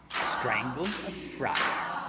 strangled a friar.